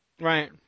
Right